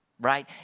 right